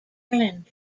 ireland